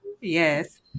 yes